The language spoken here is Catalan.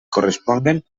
corresponguen